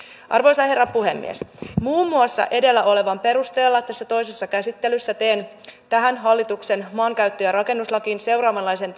arvoisa herra puhemies muun muassa edellä olevan perusteella tässä toisessa käsittelyssä teen tähän hallituksen maankäyttö ja rakennuslakiin seuraavanlaisen